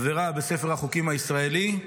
עברה בספר החוקים הישראלי,